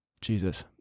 Jesus